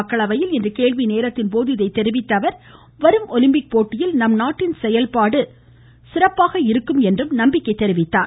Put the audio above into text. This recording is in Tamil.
மக்களவையில் இன்று கேள்வி நேரத்தின்போது இதை தெரிவித்த அவர் வரும் ஒலிம்பிக் போட்டியில் நம்நாட்டின் செயல்பாடு சிறப்பாக இருக்கும் என்று எடுத்துரைத்தார்